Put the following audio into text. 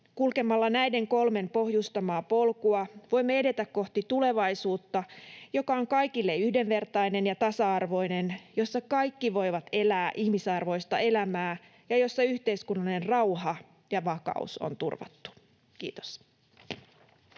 Kulkemalla näiden kolmen pohjustamaa polkua voimme edetä kohti tulevaisuutta, joka on kaikille yhdenvertainen ja tasa-arvoinen, jossa kaikki voivat elää ihmisarvoista elämää ja jossa yhteiskunnallinen rauha ja vakaus on turvattu. — Kiitos.